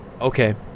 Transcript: okay